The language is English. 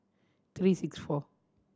three six four